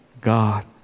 God